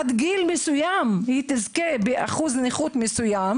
עד גיל מסוים, היא תזכה באחוז מסוים